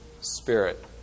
spirit